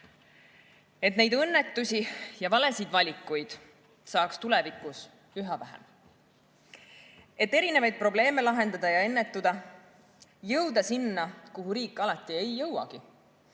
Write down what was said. et neid õnnetusi ja valesid valikuid saaks tulevikus üha vähem. Et erinevaid probleeme lahendada ja ennetada, jõuda sinna, kuhu riik alati ei jõuagi,